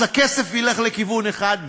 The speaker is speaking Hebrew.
אז הכסף ילך לכיוון אחד,